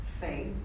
faith